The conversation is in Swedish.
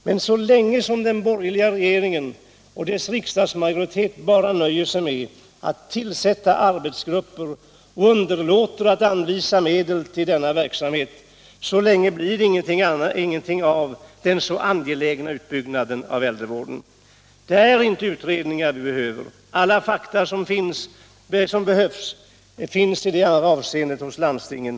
Men så länge som den borgerliga regeringen och dess riksdagsmajoritet bara nöjer sig med att tillsätta arbetsgrupper och underlåter att anvisa medel till denna verksamhet, så länge blir det heller ingenting av den så angelägna utbyggnaden av äldrevården. Det är inte utredningar vi behöver. Alla fakta som behövs i det avseendet finns hos landstingen.